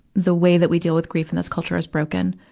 the way that we deal with grief in this culture is broken.